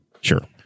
Sure